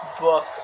book